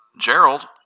Gerald